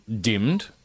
dimmed